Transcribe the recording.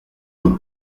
moore